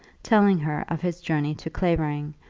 telling her of his journey to clavering,